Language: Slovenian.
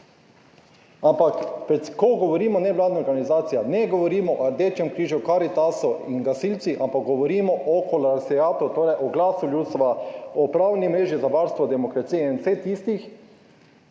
Ko govorimo o nevladnih organizacijah, ne govorimo o Rdečem križu, Karitasu in gasilcih, ampak govorimo o kolesariatu, torej o Glasu ljudstva, o Pravni mreži za varstvo demokracije in vseh tistih,